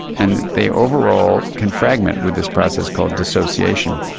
and they overall can fragment with this process called dissociation.